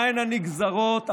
מהן הנגזרות הנוהליות,